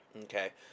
okay